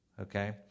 okay